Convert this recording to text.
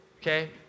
okay